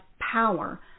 power